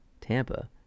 Tampa